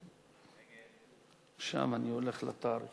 2 לחלופין